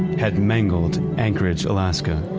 had mangled anchorage, alaska.